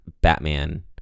Batman